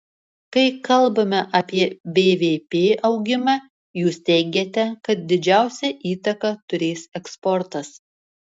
kai kalbame apie bvp augimą jūs teigiate kad didžiausią įtaką turės eksportas